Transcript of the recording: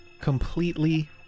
completely